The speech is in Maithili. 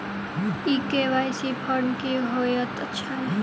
ई के.वाई.सी फॉर्म की हएत छै?